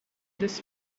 this